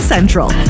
Central